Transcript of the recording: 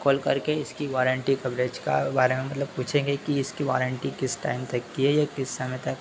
call करके इसकी warranty coverage का बारे में मतलब पूछेंगे कि इसकी वारंटी किस टाइम तक की है या किस समय तक